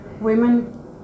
women